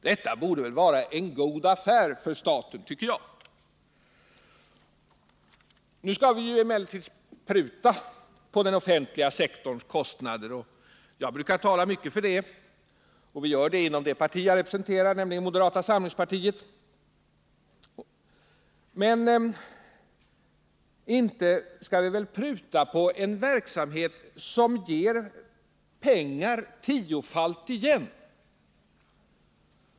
Detta borde väl vara en god affär för staten! Nu skall vi emellertid pruta på den offentliga sektorns kostnader. Jag brukar tala mycket för det, och vi gör det inom det parti som jag representerar, nämligen moderata samlingspartiet. Men inte skall vi väl pruta på en verksamhet som ger pengar tiofalt igen?